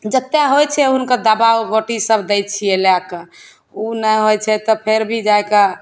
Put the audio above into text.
जत्तए होइत छै हुनकर दबा ओ गोटी सब दै छियै लाएके ओ नहि होइत छै तऽ फेरभी जाइके